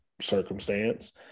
circumstance